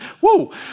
woo